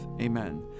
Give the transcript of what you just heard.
Amen